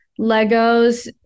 Legos